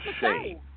shame